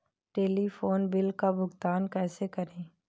Telephone bill का भुगतान कैसे करें?